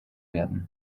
werden